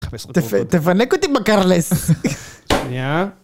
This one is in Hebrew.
תפנק אותי בקרלס. שניה.